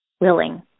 willing